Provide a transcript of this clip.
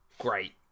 great